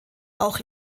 auch